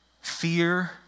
fear